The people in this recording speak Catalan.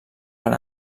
per